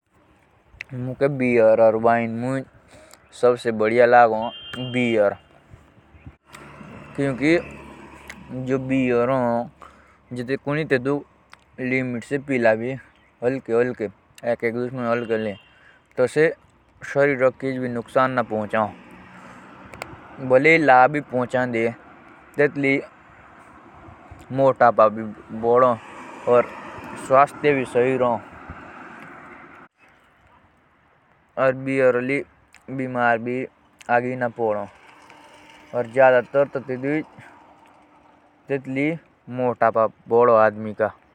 बियर और वाइन मुझे बहुत फर्क हो कुकि जो बियर भी हो से तो आदमी के स्वास्थ्य पर हानि पहुँचाए और वाइन ली कोनिक ऋण शे लागो। पर जे कोनी बियर भी पीला तो तेसके सेहत बहुत अच्छे रोधे।